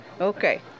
okay